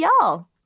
y'all